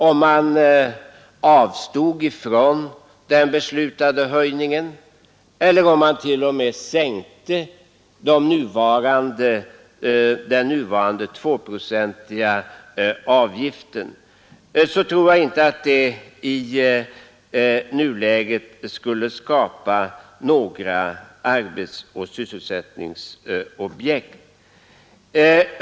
Om man avstod från den beslutade höjningen av eller t.o.m. sänkte den nuvarande tvåprocentiga avgiften, tror jag inte att man därmed i nuläget skulle skapa några arbetsoch sysselsättningsobjekt.